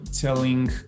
telling